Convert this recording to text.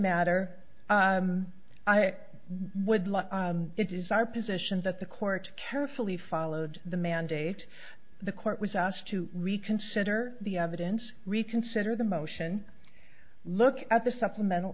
matter i would like it is our position that the court carefully followed the mandate the court was asked to reconsider the evidence reconsider the motion look at the supplemental